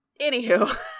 anywho